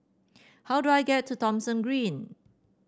how do I get to Thomson Green